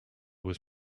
was